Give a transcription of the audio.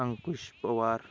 Ankush Pawar